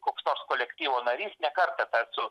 koks nors kolektyvo narys ne kartą tą esu